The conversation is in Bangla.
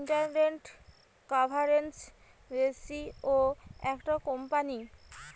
ইন্টারেস্ট কাভারেজ রেসিও একটা কোম্পানীর